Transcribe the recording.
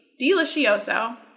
delicioso